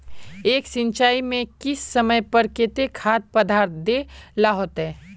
एक सिंचाई में किस समय पर केते खाद पदार्थ दे ला होते?